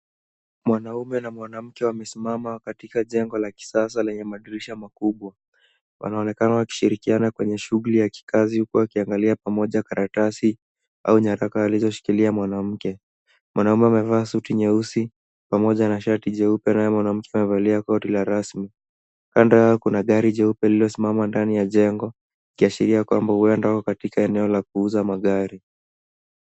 Mwanaume na mwanamke wamesimama katika jengo la kisasa lenye madirisha makubwa. Wanaonekana wakishirikiana kwenye shughuli ya kikazi huku wakiangalia pamoja karatasi au nyaraka alizoshikilia mwanamke. Mwanaume amevaa suti nyeusi pamoja na shati jeupe naye mwanamke amevalia koti la rasmi. Kando yao kuna gari jeupe lililosimama ndani ya jengo ikiashiria ya kwamba huenda wako katika eneo la kuuza magari.